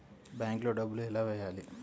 బ్యాంక్లో డబ్బులు ఎలా వెయ్యాలి?